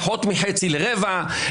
פחות מחצי אלא רבע.